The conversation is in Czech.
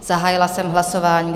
Zahájila jsem hlasování.